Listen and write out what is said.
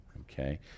Okay